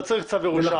לא צריך צו ירושה.